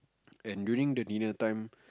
and during the dinner time